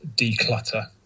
declutter